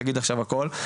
תגיד עכשיו הכל,